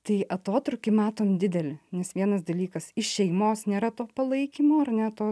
tai atotrūkį matom didelį nes vienas dalykas iš šeimos nėra to palaikymo ar ne to